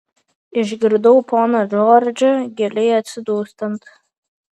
išgirdau poną džordžą giliai atsidūstant